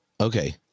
okay